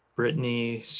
britney.